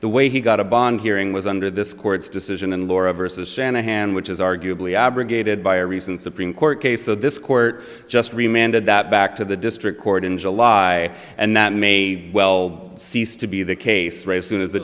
the way he got a bond hearing was under this court's decision and laura versus shanahan which is arguably abrogated by a recent supreme court case so this court just reminded that back to the district court in july and that may well cease to be the case re soon as the